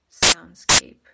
soundscape